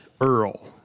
Earl